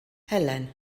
helen